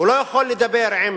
הוא לא יכול לדבר עם